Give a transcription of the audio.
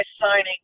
signing